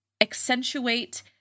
accentuate